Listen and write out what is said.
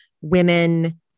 women